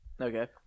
Okay